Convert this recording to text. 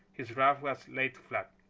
his ruff was laid flat.